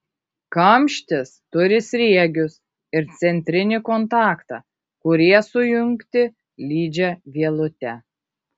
kamštis turi sriegius ir centrinį kontaktą kurie sujungti lydžia vielute